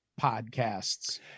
podcasts